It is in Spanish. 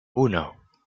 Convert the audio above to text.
uno